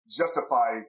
justify